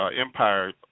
Empire